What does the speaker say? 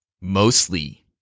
Mostly